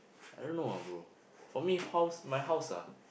I don't know ah bro for me house my house ah